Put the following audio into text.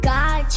God